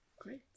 Great